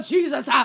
Jesus